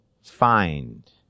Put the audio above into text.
find